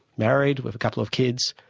married, with a couple of kids,